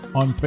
on